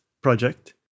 project